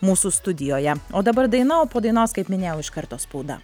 mūsų studijoje o dabar daina o po dainos kaip minėjau iš karto spauda